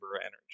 energy